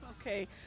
Okay